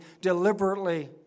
deliberately